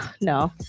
No